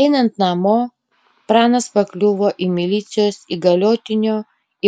einant namo pranas pakliuvo į milicijos įgaliotinio